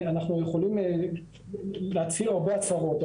אנחנו יכולים להצהיר הרבה הצהרות,